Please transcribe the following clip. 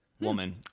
woman